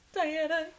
Diana